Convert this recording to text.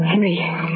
Henry